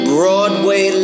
Broadway